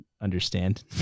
understand